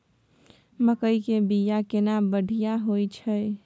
मकई के बीया केना बढ़िया होय छै?